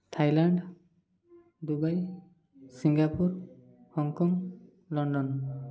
Thailand Dubai Singapore Hong Kong London